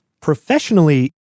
Professionally